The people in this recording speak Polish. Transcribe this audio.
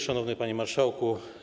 Szanowny Panie Marszałku!